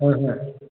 ꯍꯣꯏ ꯍꯣꯏ